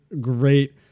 great